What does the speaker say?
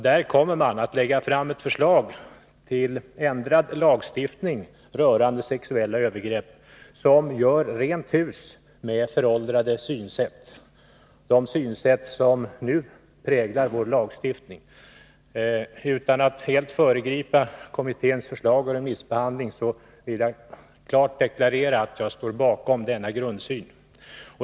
Där kommer man att lägga fram ett förslag till ändrad lagstiftning rörande sexuella övergrepp som gör rent hus med föråldrade synsätt — de synsätt som nu präglar vår lagstiftning. Utan att helt föregripa kommitténs förslag och remissbehandlingen vill jag klart deklarera att jag står bakom denna grundsyn.